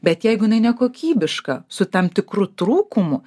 bet jeigu jinai nekokybiška su tam tikru trūkumu